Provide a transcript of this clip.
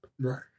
Right